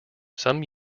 some